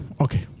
Okay